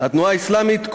התנועה האסלאמית,